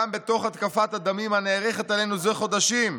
גם בתוך התקפת הדמים הנערכת עלינו זה חודשים,